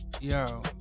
yo